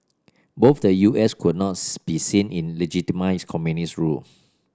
both the U S could not be seen in legitimise communist rule